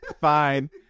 Fine